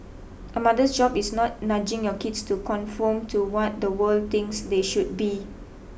a mother's job is not nudging your kids to conform to what the world thinks they should be